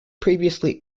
previously